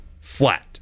flat